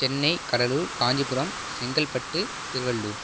Chennai Cuddalore Kanchipuram Chengalpattu Tiruvallur